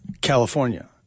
California